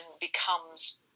becomes